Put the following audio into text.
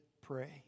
pray